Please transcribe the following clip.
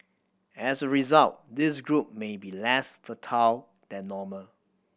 as a result this group may be less fertile than normal